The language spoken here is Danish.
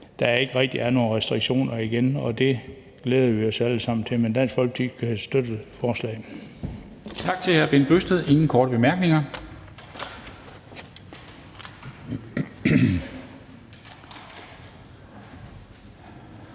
der ikke rigtig er nogen restriktioner igen, og det glæder vi os alle sammen til. Dansk Folkeparti kan støtte forslaget. Kl. 13:11 Formanden (Henrik